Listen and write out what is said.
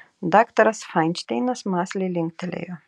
daktaras fainšteinas mąsliai linktelėjo